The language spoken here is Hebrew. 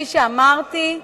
כפי שאמרתי,